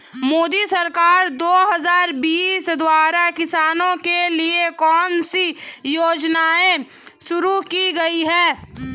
मोदी सरकार दो हज़ार बीस द्वारा किसानों के लिए कौन सी योजनाएं शुरू की गई हैं?